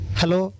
hello